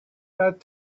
that